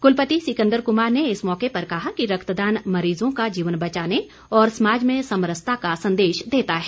कुलपति सिकंदर कुमार ने इस मौके पर कहा कि रक्तदान मरीजों का जीवन बचाने और समाज में समरस्ता का संदेश देता है